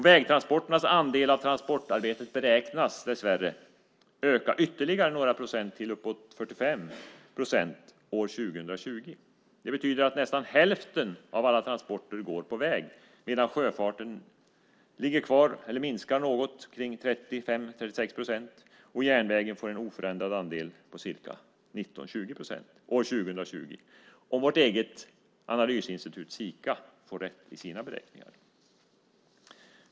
Vägtransporternas andel av transportarbetet beräknas dessvärre öka ytterligare några procent till uppåt 45 procent år 2020. Det betyder att nästan hälften av alla transporter går på väg, medan sjöfarten minskar något, till 35-36 procent, och järnvägen får en oförändrad andel på ca 19-20 procent år 2020, om vårt eget analysinstitut Sika får rätt i sina beräkningar.